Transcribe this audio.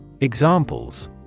Examples